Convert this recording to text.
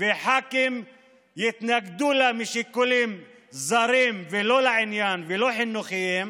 וח"כים יתנגדו לה משיקולים זרים ולא לעניין ולא חינוכיים,